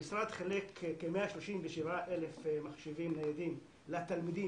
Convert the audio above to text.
המשרד חילק כ-137,000 מחשבים ניידים לתלמידים